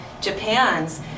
Japan's